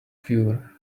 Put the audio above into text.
cure